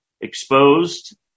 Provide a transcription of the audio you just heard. exposed